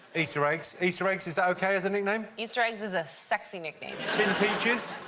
easter eggs. easter eggs, is that ok as a nickname? easter eggs is a sexy nickname. tinned peaches?